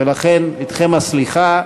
ולכן, אתכם הסליחה.